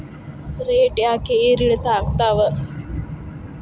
Rate ಯಾಕೆ ಏರಿಳಿತ ಆಗ್ತಾವ?